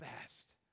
best